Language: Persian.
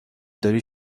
داری